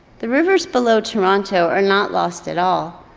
the rivers below toronto are not lost at all.